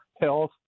health